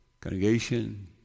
Congregation